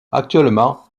actuellement